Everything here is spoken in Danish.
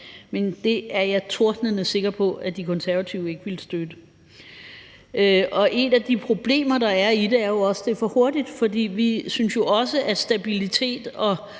men det er jeg tordnende sikker på at De Konservative ikke ville støtte. Et af de problemer, der er i det, er jo også, at det er for hurtigt, for vi synes jo også, at stabilitet og